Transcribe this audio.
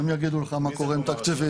הם יגידו לך מה קורה עם תקציבים.